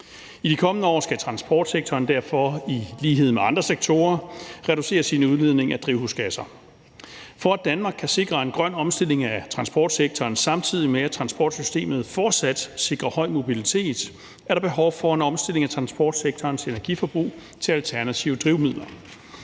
I de kommende år skal transportsektoren derfor i lighed med andre sektorer reducere sin udledning af drivhusgasser. For at Danmark kan sikre en grøn omstilling af transportsektoren, samtidig med at transportsystemet fortsat sikrer høj mobilitet, er der behov for en omstilling af transportsektorens energiforbrug til alternative drivmidler.